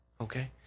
okay